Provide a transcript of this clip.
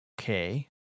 Okay